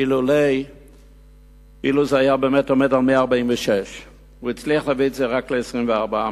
אילו הוא היה באמת עומד על 146. הוא הצליח להביא את זה רק ל-24 מיליון.